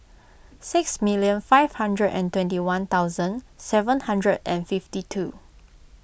six million five hundred and twenty one thousand seven hundred and fifty two